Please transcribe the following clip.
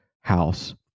house